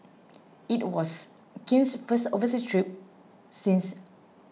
it was Kim's first overseas trip since